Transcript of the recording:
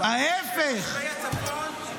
אני מתנגד להוסיף עוד ג'ובים בזמן מלחמה